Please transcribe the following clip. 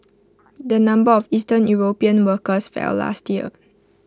the number of eastern european workers fell last year